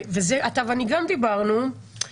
ואתה ואני גם דיברנו על